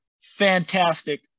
fantastic